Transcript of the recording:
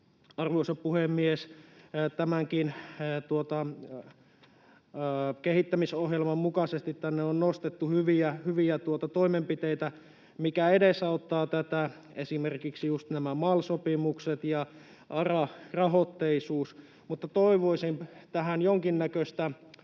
arvoisa puhemies, tässäkin kehittämisohjelmassa on nostettu hyviä toimenpiteitä, mitkä edesauttavat tätä, esimerkiksi just nämä MAL-sopimukset ja ARA-rahoitteisuus, mutta toivoisin tähän vaikka jonkinnäköistä